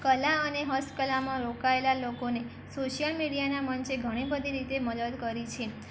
કલા અને હસ્તકલામાં રોકાયેલા લોકોને સોશ્યલ મીડિયાના મંચે ઘણી બધી રીતે મદદ કરી છે